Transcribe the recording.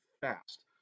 fast